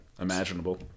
imaginable